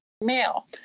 male